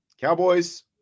Cowboys